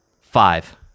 Five